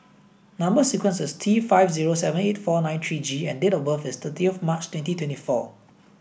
number sequence is T five zero seven eight four nine three G and date of birth is thirty of March twenty twenty four